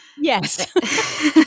yes